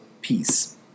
Peace